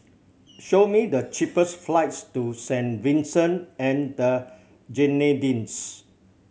show me the cheapest flights to Saint Vincent and the Grenadines